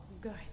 good